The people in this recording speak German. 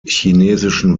chinesischen